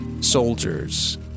soldiers